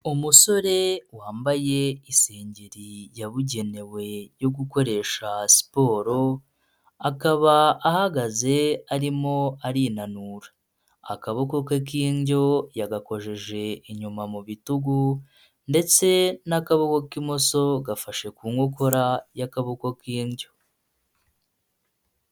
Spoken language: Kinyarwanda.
Umusore wambaye isengeri yabugenewe yo gukoresha siporo, akaba ahagaze arimo arinanura, akaboko ke k'indyo yagakojeje inyuma mu bitugu ndetse n'akaboko k'imoso gafashe ku nkokora y'akaboko k'indyo.